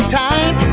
time